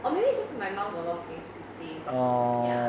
or maybe just my mom got a lot of things to say ya